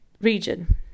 region